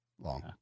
Long